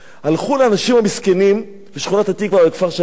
הלכו לאנשים המסכנים בשכונת-התקווה ובכפר-שלם,